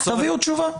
תביאו תשובה.